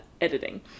editing